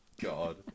God